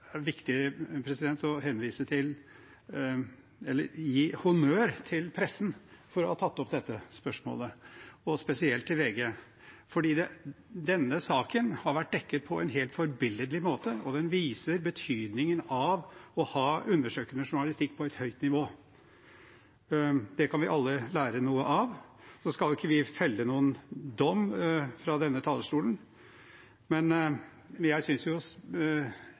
er viktig å gi honnør til pressen for å ha tatt opp dette spørsmålet, og spesielt til VG. For denne saken har vært dekket på en helt forbilledlig måte, og den viser betydningen av å ha undersøkende journalistikk på et høyt nivå. Det kan vi alle lære noe av. Nå skal ikke vi felle noen dom fra denne talerstolen, men jeg synes